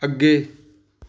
ਅੱਗੇ